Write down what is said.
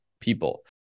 people